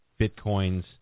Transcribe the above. bitcoins